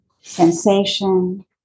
sensation